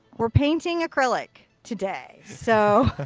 we're painting acrylic today. so.